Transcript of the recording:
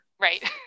right